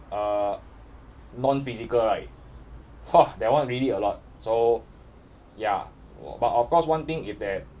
uh non-physical right !wah! that one really a lot so ya but of course one thing is that